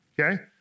okay